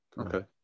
okay